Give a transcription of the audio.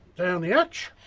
down the hatch!